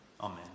Amen